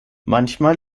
manchmal